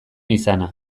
izana